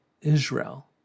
Israel